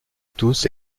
tous